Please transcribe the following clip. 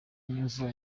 n’imvura